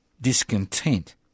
discontent